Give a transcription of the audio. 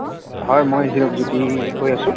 হয় মই হিৰক জ্যোতি কৈ আছোঁ